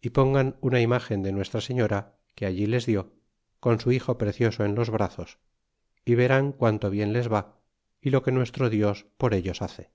y pongan unaimgen de nuestra señora que allí les dió con su hijo precioso en los brazos y verán qunto bien les va y lo que nuestro dios por ellos hace